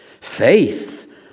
Faith